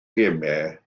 gemau